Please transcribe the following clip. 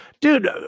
Dude